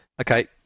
okay